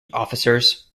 officers